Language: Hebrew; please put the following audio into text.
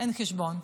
אין חשבון.